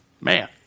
Man